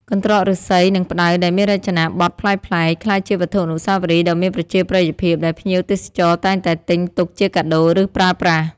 កន្ត្រកឫស្សី និងផ្តៅដែលមានរចនាបថប្លែកៗ ក្លាយជាវត្ថុអនុស្សាវរីយ៍ដ៏មានប្រជាប្រិយភាព ដែលភ្ញៀវទេសចរតែងតែទិញទុកជាកាដូ ឬប្រើប្រាស់។